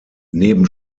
neben